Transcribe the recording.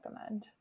recommend